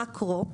מאקרו,